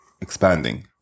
expanding